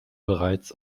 bereits